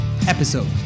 episode